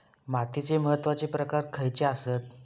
मातीचे महत्वाचे प्रकार खयचे आसत?